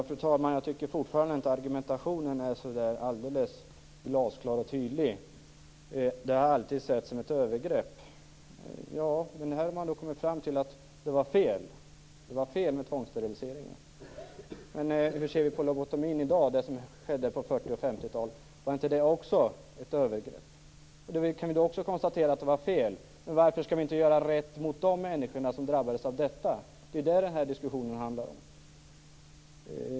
Fru talman! Jag tycker fortfarande inte att argumentationen är så där alldeles glasklar och tydlig. Tvångssterilisering har alltid setts som ett övergrepp. Ja, men man har nu kommit fram till att det var fel att göra tvångssteriliseringar. Men hur ser vi på lobotomin i dag och det som skedde på 40 och 50 talen? Var inte det också fråga om övergrepp? Vi kan då konstatera att det var fel. Men varför skall vi inte göra rätt mot de människor som drabbades av detta? Det är det som den här diskussionen handlar om.